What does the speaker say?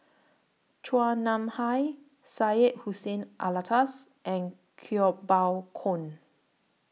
Chua Nam Hai Syed Hussein Alatas and Kuo Pao Kun